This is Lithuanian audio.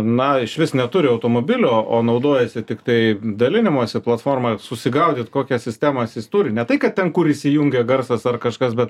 na išvis neturi automobilio o naudojasi tiktai dalinimosi platforma susigaudyt kokias sistemas jis turi ne tai kad ten kur įsijungia garsas ar kažkas bet